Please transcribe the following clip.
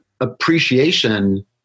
appreciation